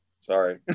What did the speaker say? sorry